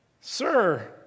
sir